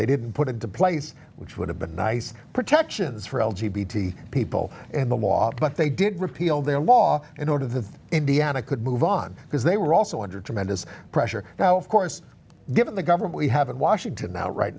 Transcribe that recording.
they didn't put it to place which would have been nice protections for l g b t people in the law but they did repeal their law in order the indiana could move on because they were also under tremendous pressure now of course given the government we have in washington now right